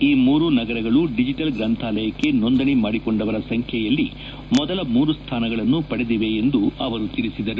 ಈ ಮೂರು ನಗರಗಳು ಡಿಜಿಟಲ್ ಗ್ರಂಥಾಲಯಕ್ಕೆ ನೋಂದಣಿ ಮಾಡಿಕೊಂಡವರ ಸಂಖ್ಯೆಯಲ್ಲಿ ಮೊದಲ ಮೂರು ಸ್ಥಾನಗಳನ್ನು ಪಡೆದಿವೆ ಎಂದು ಅವರು ತಿಳಿಸಿದರು